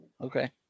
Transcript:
Okay